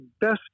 best